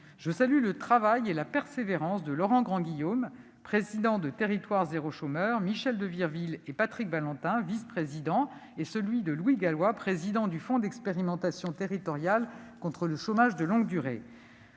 Je salue le travail et la persévérance de Laurent Grandguillaume, président de l'association Territoires zéro chômeur de longue durée, de Michel de Virville et de Patrick Valentin, vice-présidents, et de Louis Gallois, président du fonds d'expérimentation territoriale contre le chômage de longue durée.